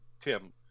Tim